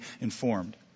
informed